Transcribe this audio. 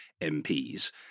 MPs